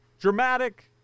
Dramatic